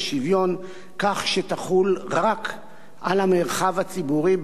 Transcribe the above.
לשוויון כך שתחול רק על "המרחב הציבורי,